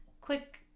quick